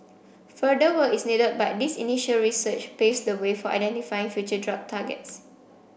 further work is needed but this initial research paves the way for identifying future drug targets